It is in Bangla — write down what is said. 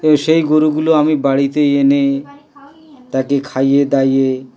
তো সেই গরুগুলো আমি বাড়িতে এনে তাকে খাইয়ে দাইয়ে